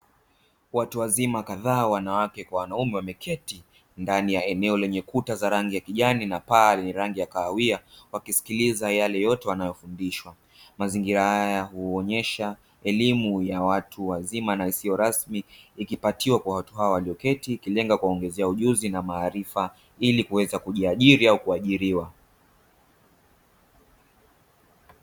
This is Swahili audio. Watu wazima kadhaa wanawake kwa wanaume wameketi ndani ya eneo lenye kuta za rangi kijani na paa lenye rangi ya kahawia wakisikiliza yale yote yanayofundishwa, mazingira haya huonyesha elimu ya watu wazima na isiyo rasmi ikipatiwa kwa watu hawa walioketi ikilenga kuongeza ujuzi na maarifa ili kuweza kujiajili na kuajiriwa.